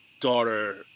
Daughter